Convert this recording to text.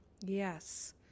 Yes